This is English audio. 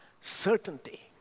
certainty